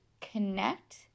connect